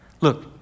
Look